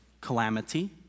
calamity